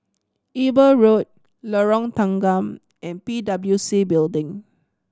Eber Road Lorong Tanggam and P W C Building